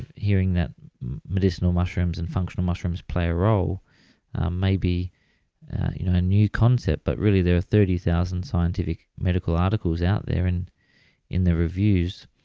hearing that medicinal mushrooms and functional mushrooms play a role may be you know new concept but really there are thirty thousand scientific medical articles out there, and their reviews.